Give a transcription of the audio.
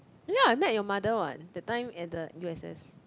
ya I Met Your Mother what that time at the u_s_s